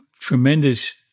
tremendous